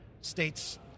states